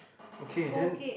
okay then